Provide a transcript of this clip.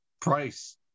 Price